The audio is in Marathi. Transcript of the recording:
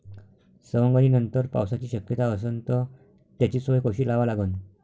सवंगनीनंतर पावसाची शक्यता असन त त्याची सोय कशी लावा लागन?